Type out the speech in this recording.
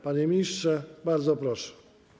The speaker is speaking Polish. Panie ministrze, bardzo proszę.